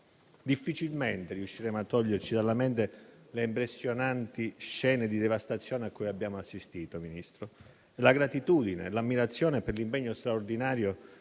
difficilmente riusciremo a toglierci dalla mente le impressionanti scene di devastazione a cui abbiamo assistito, così come la gratitudine e l'ammirazione per l'impegno straordinario